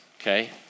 okay